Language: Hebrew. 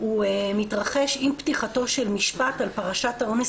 הוא מתרחש עם פתיחתו של המשפט על פרשת האונס